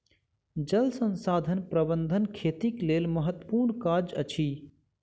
जल संसाधन प्रबंधन खेतीक लेल महत्त्वपूर्ण काज अछि